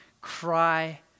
cry